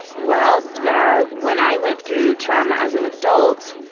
well, the when i went through trauma as an adult,